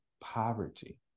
poverty